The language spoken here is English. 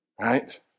Right